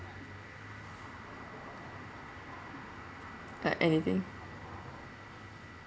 like anything